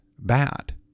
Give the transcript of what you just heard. bad